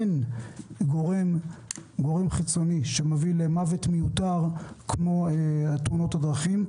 אין גורם חיצוני שמביא למוות מיותר כמו תאונות הדרכים.